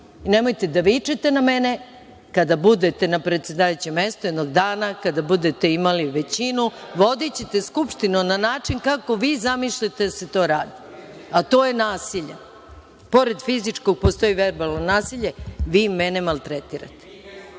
nemojte da vičete na mene, kada budete na predsedavajućem mestu jednog dana, kada budete imali većinu, vodićete Skupštinu na način kako vi zamišljate da se to radi, a to je nasilje. Pored fizičkog postoji i verbalno nasilje, vi mene maltretirate.(Saša